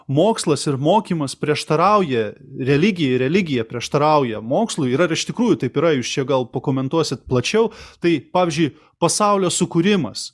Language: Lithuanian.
mokslas ir mokymas prieštarauja religijai religija prieštarauja mokslui ir ar iš tikrųjų taip yra jūs čia gal pakomentuosit plačiau tai pavyzdžiui pasaulio sukūrimas